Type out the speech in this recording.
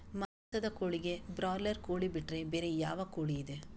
ಮಾಂಸದ ಕೋಳಿಗೆ ಬ್ರಾಲರ್ ಕೋಳಿ ಬಿಟ್ರೆ ಬೇರೆ ಯಾವ ಕೋಳಿಯಿದೆ?